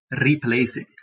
replacing